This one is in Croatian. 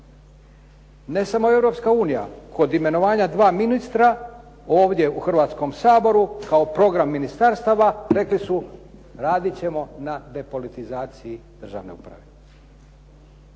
unija kod imenovanja dva ministra ovdje u Hrvatskom saboru kao program ministarstava rekli su radit ćemo na depolitizaciji državne uprave.